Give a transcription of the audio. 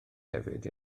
hefyd